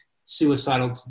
suicidal